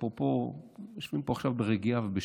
אפרופו, יושבים פה ברגיעה ובשקט,